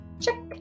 Check